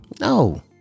No